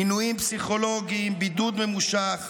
עינויים פסיכולוגיים, בידוד ממושך,